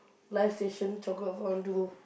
live station chocolate fondue